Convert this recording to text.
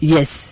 Yes